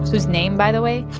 whose name, by the way,